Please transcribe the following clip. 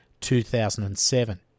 2007